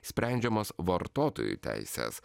sprendžiamos vartotojų teisės